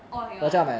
oh ya